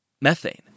methane